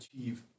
achieve